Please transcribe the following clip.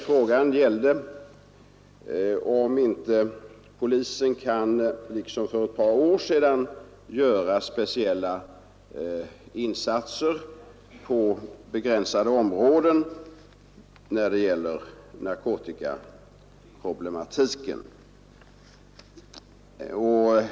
Frågan gällde om inte polisen kan liksom för ett par år sedan göra speciella insatser på begränsade områden när det gäller narkotikaproblematiken.